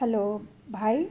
hello भाइ